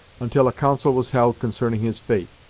until a council was held concerning his fate.